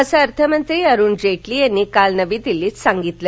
असं अर्थमंत्री अरुण जेटली यांनी काल नवी दिल्ली इथं सांगितलं